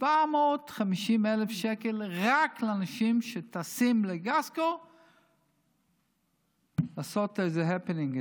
750,000 שקל רק לאנשים שטסים לגלזגו לעשות איזה הפנינג,